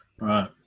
Right